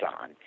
on